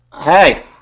Hey